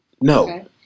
no